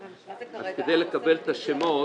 אז כדי לקבל את השמות